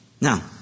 now